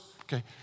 okay